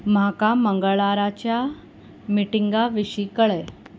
म्हाका मंगळाराच्या मिटिंगा विशीं कळय